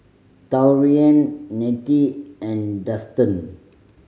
Taurean Nettie and Dustan